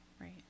Right